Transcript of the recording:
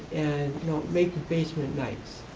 and you know make the basement nice.